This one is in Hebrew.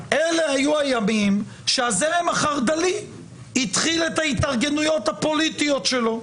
אלו היו הימים שהזרם החרד"לי התחיל את ההתארגנויות הפוליטיות שלו,